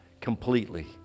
completely